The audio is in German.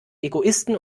egoisten